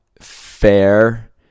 fair